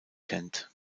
kennt